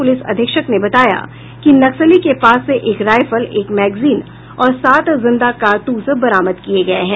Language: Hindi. पुलिस अधीक्षक ने बताया कि नक्सली के पास से एक रायफल एक मैंगजीन और सात जिंदा कारतूस बरामद किये गये हैं